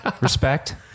Respect